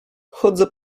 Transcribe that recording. chodzę